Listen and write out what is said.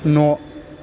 न'